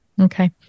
Okay